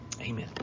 Amen